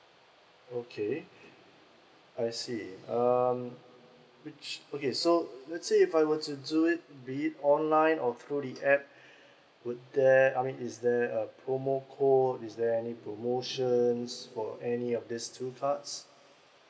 okay I see um which okay so let's say if I were to do it be it online or through the app would there I mean is there a promo code is there any promotions for any of these two cards